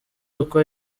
uko